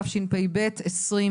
התשפ"ב-2021.